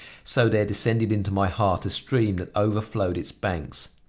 so there descended into my heart a stream that overflowed its banks.